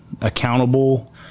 accountable